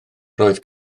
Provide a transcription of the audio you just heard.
roedd